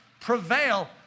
prevail